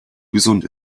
gesund